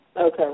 Okay